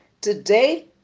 Today